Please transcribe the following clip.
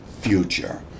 future